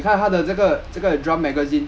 ya